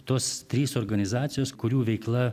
tos trys organizacijos kurių veikla